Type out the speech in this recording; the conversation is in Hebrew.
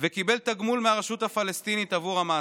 וקיבל תגמול מהרשות הפלסטינית עבור המעשה.